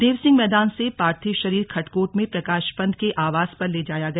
देव सिंह मैदान से पार्थिव शरीर खड़कोट में प्रकाश पंत के आवास पर ले जाया गया